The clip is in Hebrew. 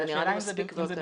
זה נראה לי מספיק והותר.